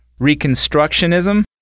reconstructionism